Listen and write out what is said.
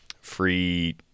Free